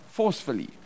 Forcefully